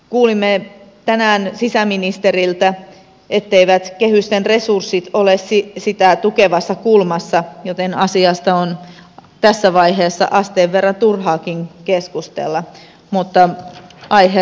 kuulimme tänään sisäministeriltä etteivät kehysten resurssit ole sitä tukevassa kulmassa joten asiasta on tässä vaiheessa asteen verran turhakin keskustella mutta aiheesta lisää